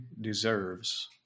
deserves